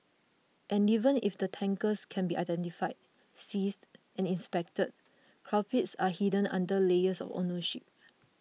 and even if the tankers can be identified seized and inspected culprits are hidden under layers of ownership